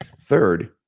third